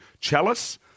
Chalice